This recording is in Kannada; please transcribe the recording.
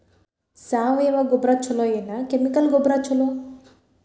ಸಾವಯವ ಗೊಬ್ಬರ ಛಲೋ ಏನ್ ಕೆಮಿಕಲ್ ಗೊಬ್ಬರ ಛಲೋ?